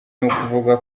nukuvuga